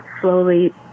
slowly